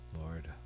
Lord